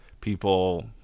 People